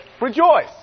rejoice